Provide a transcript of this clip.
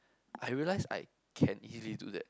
I realise I can easily do that